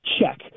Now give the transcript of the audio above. Check